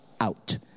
out